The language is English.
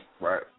right